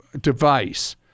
device